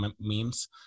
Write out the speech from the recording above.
memes